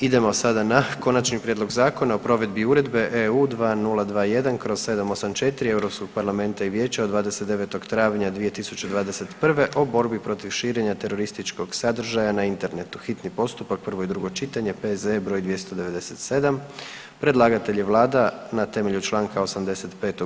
Idemo sada na: - Konačni prijedlog Zakona o provedbi Uredbe EU 2021/784 Europskog parlamenta i Vijeća od 29. travnja 2021. o borbi protiv širenja terorističkog sadržaja na internetu, hitni postupak, prvo i drugo čitanje, P.Z.E. br. 297 Predlagatelj je Vlada RH na temelju čl. 85.